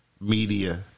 Media